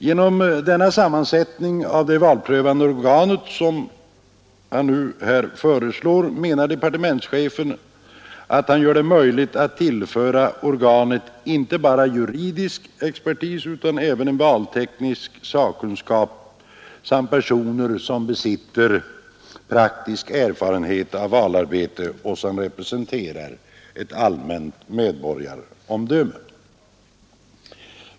Genom denna sammansättning av det valprövande organet, som nu föreslås, menar departementschefen att han gör det möjligt att tillföra organet inte bara juridisk expertis utan även valteknisk sakkunskap samt personer som besitter praktisk erfarenhet av valarbetet och som representerar ett allmänt medborgaromdöme.